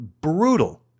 brutal